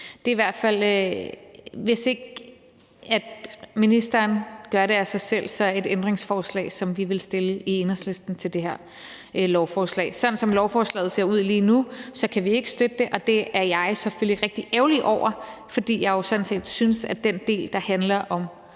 Det er i hvert fald, hvis ikke ministeren gør det af sig selv, et ændringsforslag, vi vil stille til det her lovforslag. Sådan som lovforslaget ser ud lige nu, kan vi ikke støtte det, og det er jeg selvfølgelig rigtig ærgerlig over, fordi jeg jo sådan set synes, at den del, der handler om